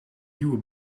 nieuwe